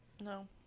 No